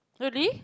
really